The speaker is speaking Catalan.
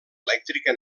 elèctrica